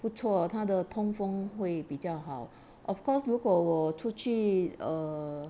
不错它的通风会比较好 of course 如果我出去 err